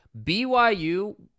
BYU